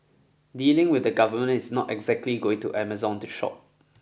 dealing with the Government is not exactly going to Amazon to shop